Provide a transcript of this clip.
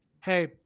hey